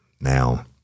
now